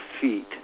feet